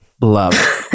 Love